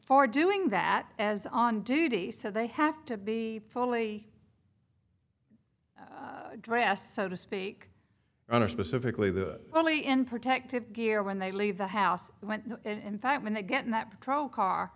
for doing that as on duty so they have to be fully dressed so to speak and are specifically the only in protective gear when they leave the house when in fact when they get in that patrol car